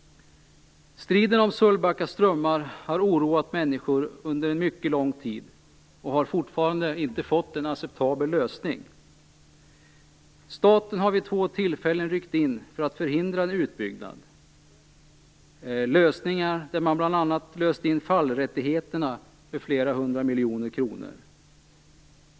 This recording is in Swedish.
Striden om Sölvbacka strömmar har oroat människor under mycket lång tid och har fortfarande inte nått ett acceptabelt slut. Staten har vid två tillfällen ryckt in för att förhindra en utbyggnad. Man har bl.a. löst in fallrättigheterna för flera hundra miljoner kronor.